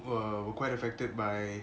were quite affected by